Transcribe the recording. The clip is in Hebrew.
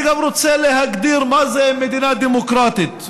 אני גם רוצה להגדיר מה זה מדינה דמוקרטית.